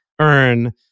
earn